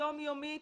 יום-יומית.